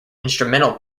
instrumental